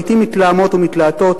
לעתים מתלהמות ומתלהטות,